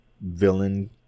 villain